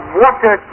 water